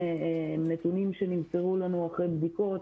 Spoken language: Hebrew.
אלה נתונים שנמסרו לנו אחרי בדיקות,